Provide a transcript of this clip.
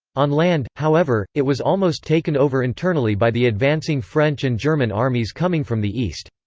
on land, however, it was almost taken over internally by the advancing french and german armies coming from the east.